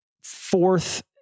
fourth